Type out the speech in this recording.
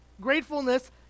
Gratefulness